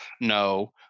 No